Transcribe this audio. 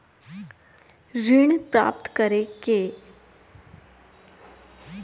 ऋण प्राप्त करे खातिर हमरा प्रमाण के रूप में कौन दस्तावेज़ दिखावे के होई?